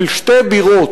של שתי בירות,